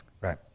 right